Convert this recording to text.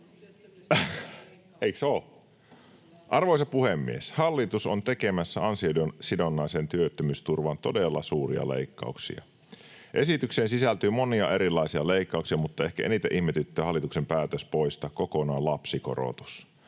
Arvoisa puhemies! Hallitus on tekemässä ansiosidonnaiseen työttömyysturvaan todella suuria leikkauksia. Esitykseen sisältyy monia erilaisia leikkauksia, mutta ehkä eniten ihmetyttää hallituksen päätös poistaa kokonaan lapsikorotus.